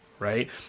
Right